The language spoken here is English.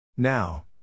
Now